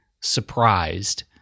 surprised